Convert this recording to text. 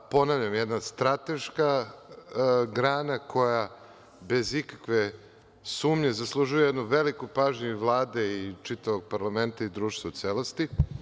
Ponavljam jedna strateška grana koja bez ikakve sumnje zaslužuje jednu veliku pažnju i Vlade i čitavog parlamenta i društva u celosti.